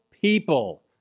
people